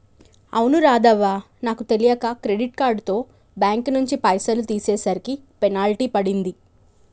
అవును రాధవ్వ నాకు తెలియక క్రెడిట్ కార్డుతో బ్యాంకు నుంచి పైసలు తీసేసరికి పెనాల్టీ పడింది